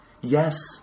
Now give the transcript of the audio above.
Yes